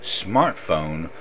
smartphone